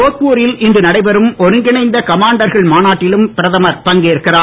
தோத்பு ரில் இன்று நடைபெறும் அருங்கிணைந்த கமாண்டர்கள் மாநாட்டிலும் பிரதமர் பங்கேற்கிறார்